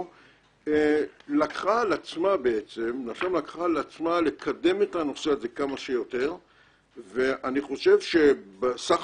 על כך לקחה על עצמה לקדם את הנושא הזה כמה שיותר ואני חושב שבסך